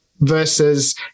versus